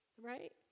Right